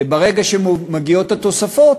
זה ברגע שמגיעות התוספות,